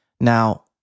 Now